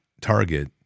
target